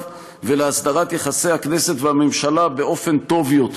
ולהסדרת יחסי הכנסת והממשלה באופן טוב יותר.